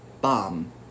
Bomb